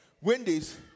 Wendy's